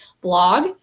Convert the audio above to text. blog